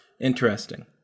Interesting